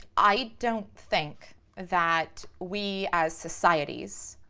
i don't think that we as societies